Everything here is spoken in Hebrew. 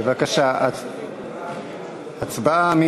בבקשה, הצבעה.